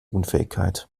unfähigkeit